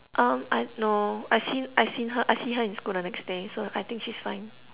um I no I see I seen her I see her in school the next day so I think she's fine